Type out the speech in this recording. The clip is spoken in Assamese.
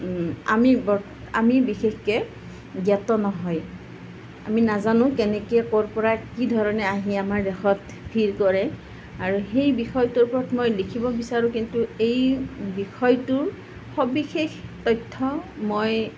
আমি বিশেষকৈ জ্ঞাত নহয় আমি নাজানো কেনেকৈ ক'ৰপৰা কিধৰণে আহি আমাৰ দেশত ভীৰ কৰে আৰু সেই বিষয়টোৰ ওপৰত মই লিখিব বিচাৰোঁ কিন্তু এই বিষয়টোৰ সবিশেষ তথ্য মই